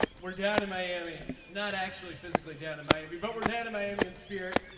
we're down in miami not actually physically down in miami but we're down to miami in spirit.